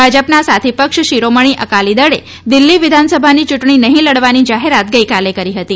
ભાજપના સાથી પક્ષ શિરોમણી અકાલી દળે દિલ્ફી વિધાનસભાની ચૂંટણી નહી લડવાની જાહેરાત ગઇકાલે કરી હતી